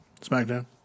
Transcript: Smackdown